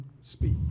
speak